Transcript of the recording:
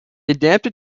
adapted